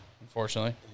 unfortunately